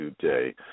today